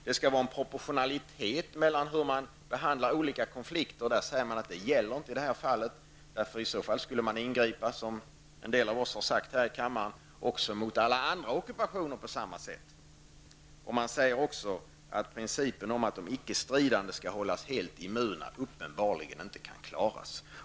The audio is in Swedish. Det skall finnas en proportionationalitet mellan hur man behandlar olika konflikter, och man säger att detta inte gäller i det här fallet, eftersom man i så fall skulle ingripa, vilket en del av oss har sagt här i kammaren, på samma sätt mot alla andra ockupationer. Man säger också att principen om att de icke stridande skall hållas helt immuna uppenbarligen inte kan följas.